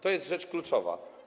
To jest rzecz kluczowa.